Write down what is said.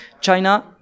China